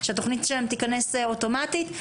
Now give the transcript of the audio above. שהתוכנית שלהם תיכנס אוטומטית.